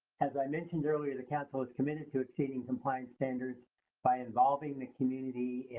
as i mentioned earlier, the council is committed to exceeding compliance standards by involving the community,